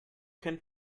can